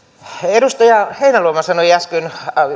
edustaja heinäluoma sanoi äsken